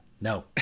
No